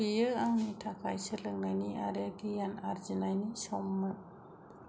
बियो आंनि थाखाय सोलोंनायनि आरो गियान आरजिनायनि सममोन